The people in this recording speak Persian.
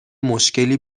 مشکلی